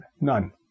None